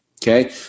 Okay